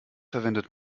verwendet